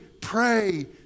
pray